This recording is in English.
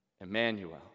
Emmanuel